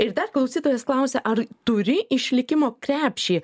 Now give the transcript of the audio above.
ir dar klausytojas klausia ar turi išlikimo krepšį